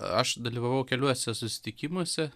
aš dalyvavau keliuose susitikimuose